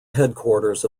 headquarters